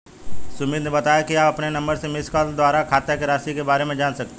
सुमित ने बताया कि आप अपने नंबर से मिसकॉल द्वारा खाते की राशि के बारे में जान सकते हैं